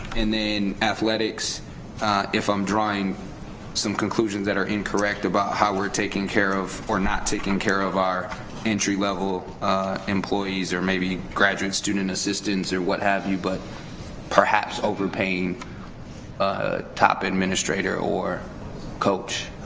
and then athletics if i'm drawing some conclusions that are incorrect about how we're taking care of or not taking care of our entry level employees, or maybe graduate student assistants, or what have you, but perhaps over paying a top administrator or coach?